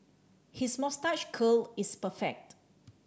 his moustache curl is perfect